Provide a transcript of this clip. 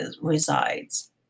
resides